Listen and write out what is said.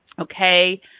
Okay